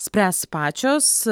spręs pačios